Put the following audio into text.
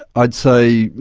i'd say,